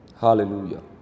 Hallelujah